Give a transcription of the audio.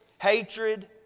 hatred